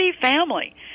family